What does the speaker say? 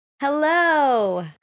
Hello